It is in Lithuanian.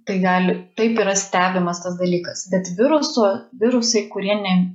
tai gali taip yra stebimas tas dalykas bet virusų virusai kurie ne